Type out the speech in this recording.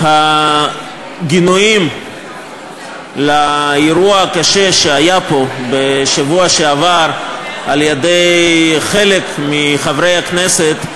שהגינויים לאירוע הקשה שהיה פה בשבוע שעבר על-ידי חלק מחברי הכנסת,